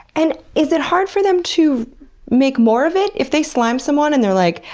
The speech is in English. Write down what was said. and is it hard for them to make more of it? if they slime someone and they're like,